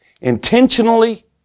intentionally